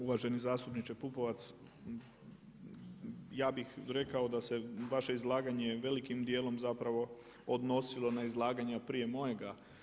Uvaženi zastupniče Pupovac, ja bih rekao da se vaše izlaganje velikim dijelom zapravo odnosilo na izlaganja prije mojega.